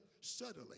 subtly